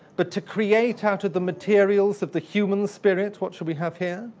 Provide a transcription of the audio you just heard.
but to create out of the materials of the human spirit. what should we have here?